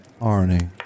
Arnie